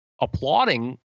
applauding